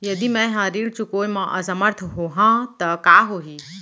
यदि मैं ह ऋण चुकोय म असमर्थ होहा त का होही?